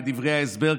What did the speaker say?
בדברי ההסבר,